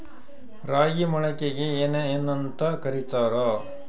ರಾಗಿ ಮೊಳಕೆಗೆ ಏನ್ಯಾಂತ ಕರಿತಾರ?